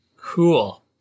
Cool